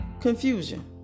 confusion